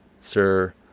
Sir